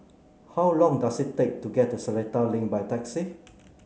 how long does it take to get to Seletar Link by taxi